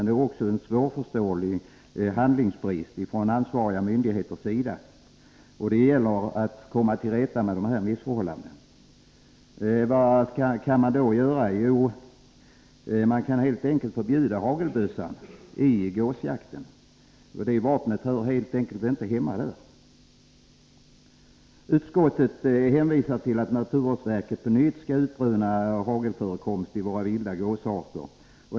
Det är också en svårförståelig handlingsbrist från ansvariga myndigheters sida när det gäller att komma till rätta med missförhållandena. Vad kan man då göra? Jo, man kan helt enkelt förbjuda hagelbössan vid gåsjakten. Det vapnet hör helt enkelt inte hemma där. Utskottet hänvisar till att naturvårdsverket på nytt skall utröna hagelförekomsten i våra vilda gåsarter.